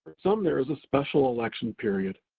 some there's a special election period,